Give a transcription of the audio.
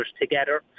together